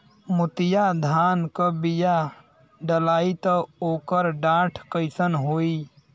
मोतिया धान क बिया डलाईत ओकर डाठ कइसन होइ?